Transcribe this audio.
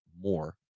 more